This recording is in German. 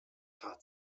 aber